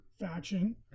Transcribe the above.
faction